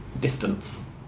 distance